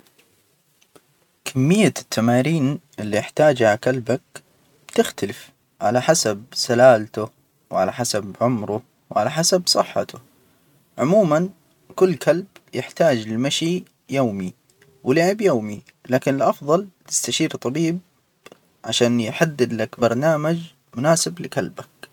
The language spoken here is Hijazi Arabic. كمية التمارين اللي يحتاجها كلبك تختلف على حسب سلالته، وعلى حسب عمره، وعلى حسب صحته. عموما كل كلب يحتاج للمشي يومي ولعب يومي، لكن الأفضل تستشير طبيب عشان يحدد لك برنامج مناسب لكلبك.